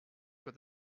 with